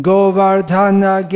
Govardhana